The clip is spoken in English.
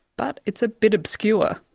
but it's a bit obscure.